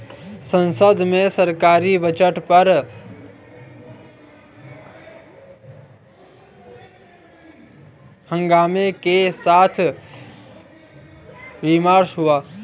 संसद में सरकारी बजट पर हंगामे के साथ विमर्श हुआ